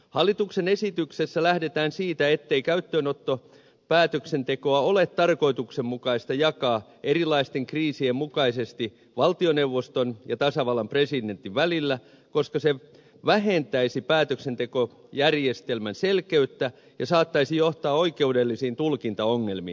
hallituksen esityksessä lähdetään siitä ettei käyttöönottopäätöksentekoa ole tarkoituksenmukaista jakaa erilaisten kriisien mukaisesti valtioneuvoston ja tasavallan presidentin välillä koska se vähentäisi päätöksentekojärjestelmän selkeyttä ja saattaisi johtaa oikeudellisiin tulkintaongelmiin